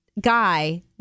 guy